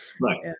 Right